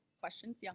questions, yeah